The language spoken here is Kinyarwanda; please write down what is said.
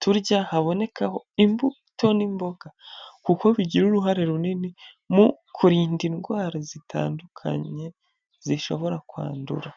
turya haboneka imbuto n'imboga, kuko bigira uruhare runini mu kurinda indwara zitandukanye zishobora kwandura.